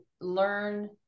learn